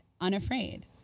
unafraid